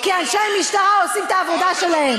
כי אנשי משטרה עושים את העבודה שלהם.